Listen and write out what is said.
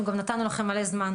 אנחנו גם נתנו לכם מלא זמן,